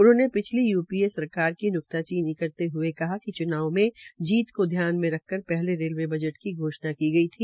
उन्होंने पिछली यूपीए सरकार की न्क्ताचीनी करते हूये कहा कि च्नाव में जीत को ध्यान मे रख्कर पहले रेलवे बजट की घोषणा की गई थी